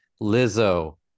Lizzo